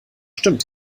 stimmt